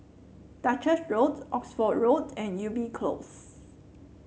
Duchess Road Oxford Road and Ubi Close